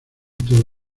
todo